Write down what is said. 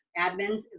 admins